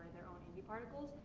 anti-particles,